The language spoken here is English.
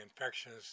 infections